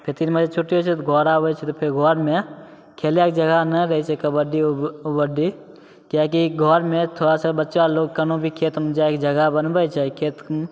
फेर तीन बजे छुट्टी होइ छै तऽ घर आबै छै तऽ फेर घरमे खेलैके जगह नहि रहै छै कबड्डी उबड्डी किएकि घरमे थोड़ा सा बच्चालोक केनहो भी खेतमे जाके जगह बनबै छै खेत